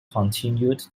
continued